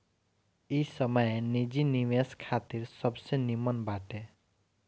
इ समय निजी निवेश खातिर सबसे निमन बाटे